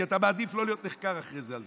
כי אתה מעדיף לא להיות נחקר על זה אחרי זה.